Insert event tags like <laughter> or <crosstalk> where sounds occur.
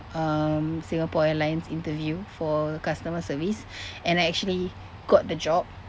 um singapore airlines interview for customer service <breath> and I actually got the job